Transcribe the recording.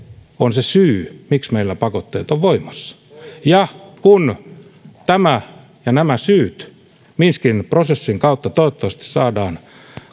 on se syy miksi meillä pakotteet ovat voimassa ja kun nämä syyt minskin prosessin kautta toivottavasti saadaan